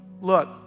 Look